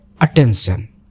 attention